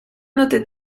noted